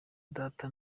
data